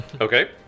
Okay